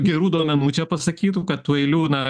gerų duomenų čia pasakytų kad tų eilių na